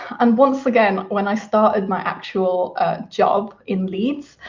and once again, when i started my actual job in leeds,